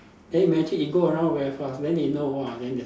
then imagine it go around very fast then they know !wah! then that's